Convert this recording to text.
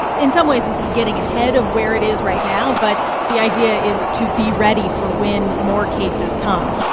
in some ways, this is getting ahead of where it is right now, but the idea is to be ready for when more cases come.